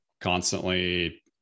constantly